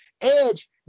Edge